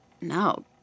No